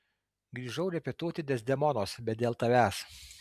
grįžau repetuoti dezdemonos bet dėl tavęs